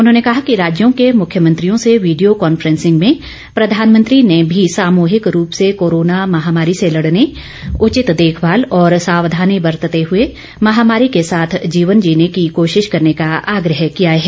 उन्होंने कहा कि राज्यों के मुख्यमंत्रियों से वीडियो कांफ्रेंसिंग में प्रधानमंत्री ने भी सामूहिक रूप से कोरोना महामारी से लड़ने उचित देखभाल और सावधानी बरतते हुए महामारी के साथ जीवन जीने की कोशिश करने का आग्रह किया है